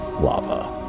lava